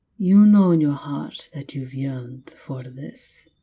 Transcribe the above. you know in your heart that you've yearned for this.